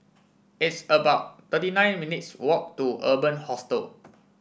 it's about thirty nine minutes' walk to Urban Hostel